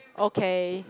okay